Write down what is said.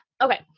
okay